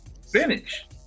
Spinach